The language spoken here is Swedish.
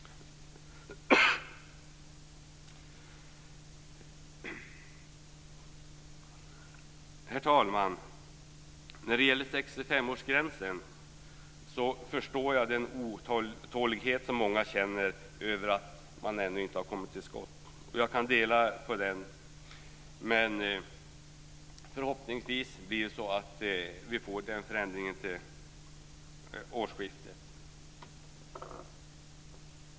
Herr talman! När det gäller 65-årsgränsen förstår jag den otålighet som många känner att man inte kommit till skott, och jag kan dela den. Men förhoppningsvis blir det så att vi får den förändringen till årsskiftet.